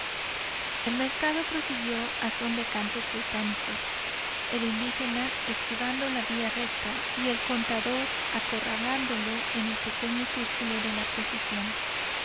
el mercado prosiguió a son de cantos británicos el indígena esquivando la vía recta y el contador acorralándolo en el pequeño círculo de la precisión